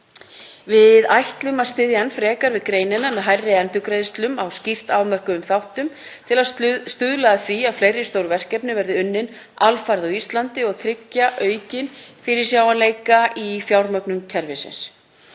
Við ætlum að styðja enn frekar við greinina með hærri endurgreiðslum á skýrt afmörkuðum þáttum til að stuðla að því að fleiri stór verkefni verði unnin alfarið á Íslandi og tryggja aukinn fyrirsjáanleika í fjármögnun kerfisins.“